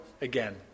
again